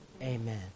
Amen